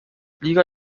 liga